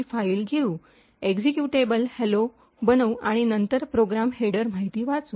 file घेऊ executable hello बनवू आणि नंतर प्रोग्राम हेडर माहिती वाचू